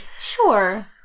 sure